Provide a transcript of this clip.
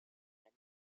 and